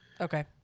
Okay